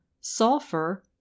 sulfur